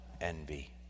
envy